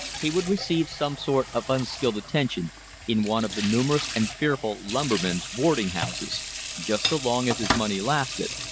he would receive some sort of unskilled attention in one of the numerous and fearful lumberman's boarding-houses just so long as his money lasted,